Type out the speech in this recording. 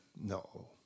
No